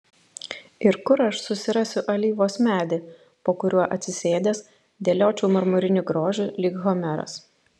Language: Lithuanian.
ir kur aš susirasiu alyvos medį po kuriuo atsisėdęs dėliočiau marmurinį grožį lyg homeras